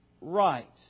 right